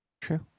True